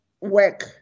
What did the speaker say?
work